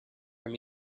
from